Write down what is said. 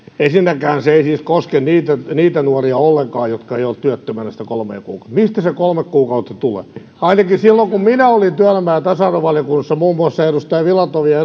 ensinnäkään se ei siis koske niitä niitä nuoria ollenkaan jotka eivät ole työttömänä sitä kolmea kuukautta mistä se kolme kuukautta tulee ainakin silloin kun minä olin työelämä ja tasa arvovaliokunnassa muun muassa edustaja filatovin ja